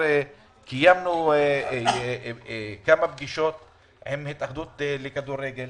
קיימנו כמה פגישות עם התאחדות הכדורגל